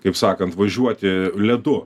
kaip sakant važiuoti ledu